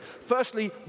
Firstly